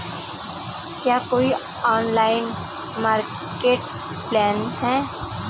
क्या कोई online marketplace है जहाँ किसान सीधे अपने उत्पाद बेच सकते हैं?